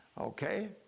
Okay